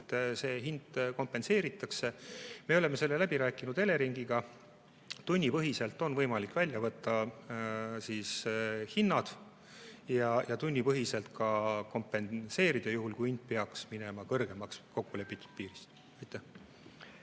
see hind kompenseeritakse. Me oleme selle läbi rääkinud Eleringiga. Tunnipõhiselt on võimalik välja võtta hinnad ja tunnipõhiselt ka kompenseerida, juhul kui hind peaks minema kõrgemaks kokkulepitud piirist. Ruuben